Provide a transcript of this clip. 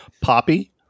poppy